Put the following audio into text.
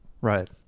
right